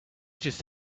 just